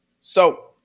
So-